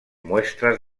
muestras